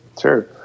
Sure